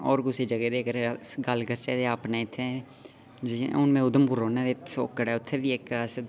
ते होर कुसै जगह् दी अस गल्ल करचै ते अपने ते जियां में उधमपुर रौह्न्ना उत्थै बी सौक्कड़ ऐ उत्थैं बी इक